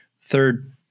Third